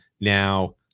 now